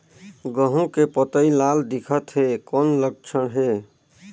गहूं के पतई लाल दिखत हे कौन लक्षण हे?